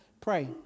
Pray